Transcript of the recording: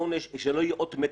שלא תהיה אות מתה,